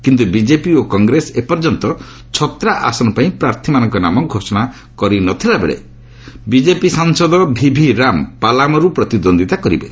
କିନ୍ତୁ ବିଜେପି ଓ କଂଗ୍ରେସ ଏପର୍ଯ୍ୟାନ୍ତ ଛତ୍ରା ଆସନ ପାଇଁ ପ୍ରାର୍ଥୀମାନଙ୍କ ନାମ ଘୋଷଣା କରି ନ ଥିଲାବେଳେ ବିକେପି ସାଂସଦ ଭିଭି ରାମ ପାଲାମୁଁରୁ ପ୍ରତିଦ୍ୱନ୍ଦିତା କରିବେ